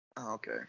okay